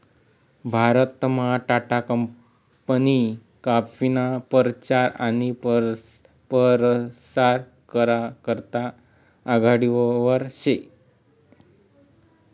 भारतमा टाटा कंपनी काफीना परचार आनी परसार करा करता आघाडीवर शे